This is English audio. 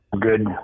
good